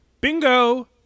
Bingo